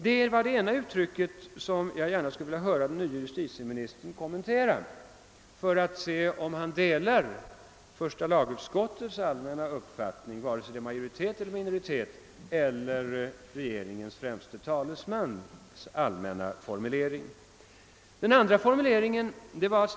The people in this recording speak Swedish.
Statsministerns uttalande om att situationen är »hygglig« skulle jag gärna vilja höra den nye justitieministern kommentera för att utröna om han delar första lagutskottets uppfattning — majoritetens eller minoritetens — eller ansluter sig till den allmänna formulering som regeringens främste talesman använde.